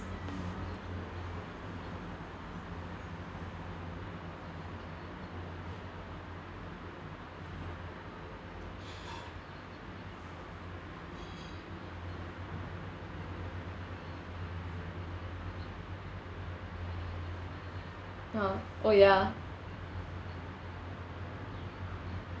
ah oh ya